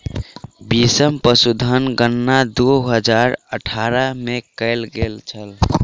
बीसम पशुधन गणना दू हजार अठारह में कएल गेल छल